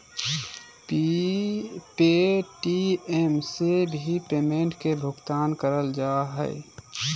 Paytm से भी payment के भुगतान करल जा हय